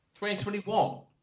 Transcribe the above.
2021